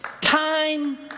Time